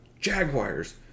Jaguars